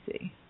see